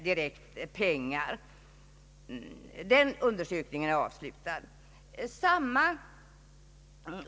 Den undersökningen är avslutad.